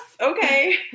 Okay